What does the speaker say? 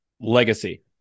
Legacy